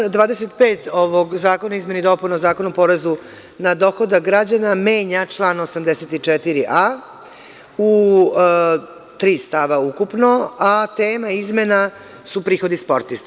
Član 25. ovog zakona o izmenama i dopunama Zakona o porezu na dohodak građana menja član 84a, u tri stava ukupno, a tema izmena su prihodi sportista.